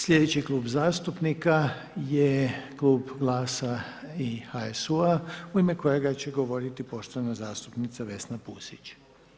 Sljedeći Klub zastupnika je klub GLAS-a i HSU-a u ime kojega će govoriti poštovana zastupnica Vesna Pusić.